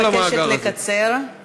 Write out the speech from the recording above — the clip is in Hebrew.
אני מבקשת לקצר.